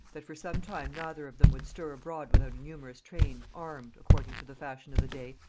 that for some time neither of them would stir abroad without a numerous train armed, according to the fashion of the day,